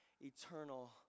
eternal